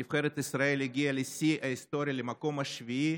נבחרת ישראל הגיעה לשיא היסטורי, למקום השביעי.